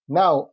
now